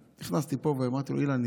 נכנסתי לפה ואמרתי לו: אילן,